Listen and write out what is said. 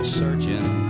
searching